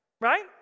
Right